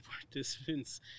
participants